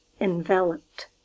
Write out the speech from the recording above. Enveloped